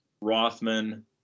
Rothman